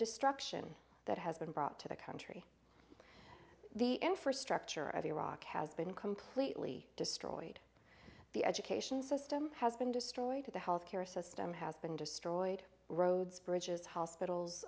destruction that has been brought to the country the infrastructure of iraq has been completely destroyed the education system has been destroyed the healthcare system has been destroyed roads bridges hospitals